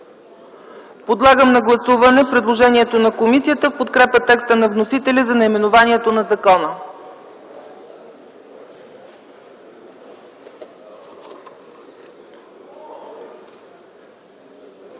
Подлагам на гласуване предложението на комисията в подкрепа текста на вносителя за наименованието на закона.